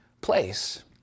place